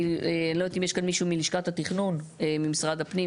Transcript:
אני לא יודעת אם יש כאן מישהו מלשכת התכנון ממשרד הפנים,